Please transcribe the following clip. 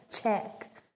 check